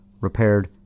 repaired